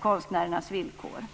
konstnärernas villkor.